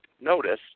notice